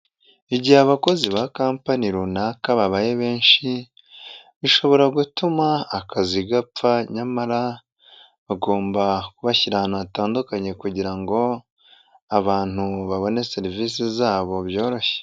Igihe abakozi ba kompani runaka babaye benshi bishobora gutuma akazi gapfa nyamara bagomba kubashyira ahantu hatandukanye kugira ngo abantu babone serivisi zabo byoroshye.